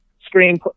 screen